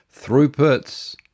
throughputs